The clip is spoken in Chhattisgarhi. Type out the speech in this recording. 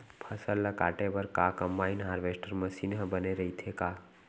फसल ल काटे बर का कंबाइन हारवेस्टर मशीन ह बने रइथे का?